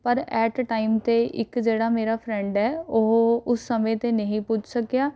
ਪਰ at time 'ਤੇ ਇੱਕ ਜਿਹੜਾ ਮੇਰਾ ਫ਼ਰੈਂਡ ਹੈ ਉਹ ਉਸ ਸਮੇਂ 'ਤੇ ਨਹੀਂ ਪੁੱਜ ਸਕਿਆ